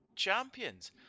Champions